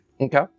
Okay